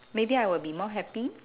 maybe I will be more happy